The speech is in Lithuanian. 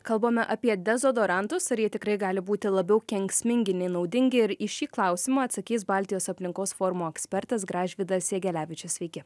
kalbame apie dezodorantus ar jie tikrai gali būti labiau kenksmingi nei naudingi ir į šį klausimą atsakys baltijos aplinkos forumo ekspertas gražvydas jegelevičius sveiki